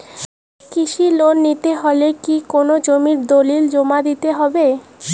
কৃষি লোন নিতে হলে কি কোনো জমির দলিল জমা দিতে হবে?